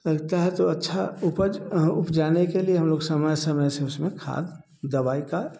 लगता है तो अच्छा उपज उपजाने के लिए हम लोग समय समय से उसमें खाद दवाई का